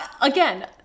Again